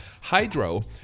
Hydro